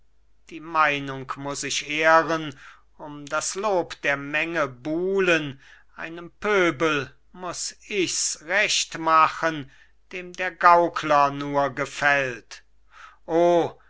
die meinung muß ich ehren um das lob der menge buhlen einem pöbel muß ich's recht machen dem der gaukler nur gefällt oh